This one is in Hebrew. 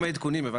עם העדכונים.